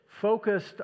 focused